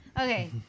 Okay